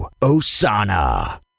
Osana